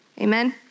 Amen